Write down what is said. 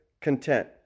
content